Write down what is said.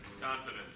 Confidence